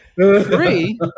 Free